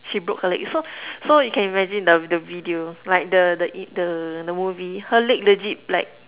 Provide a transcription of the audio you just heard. she broke her leg so so you can imagine the the video like the the in the the movie her leg legit like